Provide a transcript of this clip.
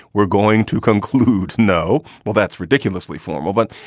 we're going to conclude no. well, that's ridiculously formal, but.